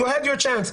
You had your chance.